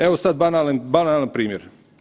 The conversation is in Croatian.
Evo sada banalan primjer.